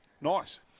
Nice